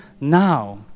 now